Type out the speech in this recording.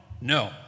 No